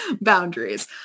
boundaries